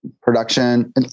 production